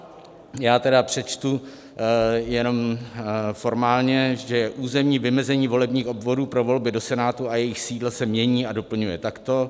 A já tedy přečtu jenom formálně, že územní vymezení volebních obvodů pro volby do Senátu a jejich sídla se mění a doplňuje takto: